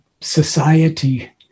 society